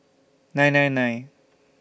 nine nine nine